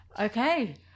okay